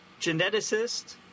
geneticist